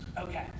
Okay